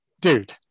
dude